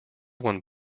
one